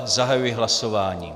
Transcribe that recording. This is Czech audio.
Zahajuji hlasování.